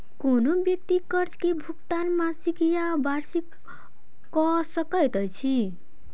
कोनो व्यक्ति कर्ज के भुगतान मासिक या वार्षिक कअ सकैत अछि